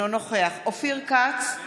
נגד אופיר כץ,